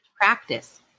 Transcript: practice